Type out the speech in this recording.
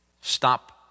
stop